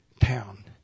town